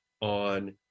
on